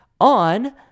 on